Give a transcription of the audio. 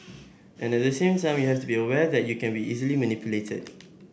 and at the same time you have to be aware that you can be easily manipulated